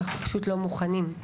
אנחנו פשוט לא מוכנים.